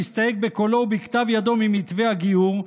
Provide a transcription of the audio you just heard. שהסתייג בקולו ובכתב ידו ממתווה הגיור,